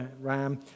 ram